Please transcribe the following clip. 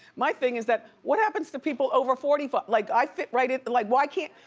my thing is that what happens to people over forty five. like i fit right in, like why can't?